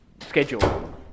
schedule